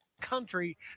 Country